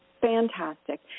fantastic